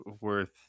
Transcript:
worth